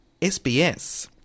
SBS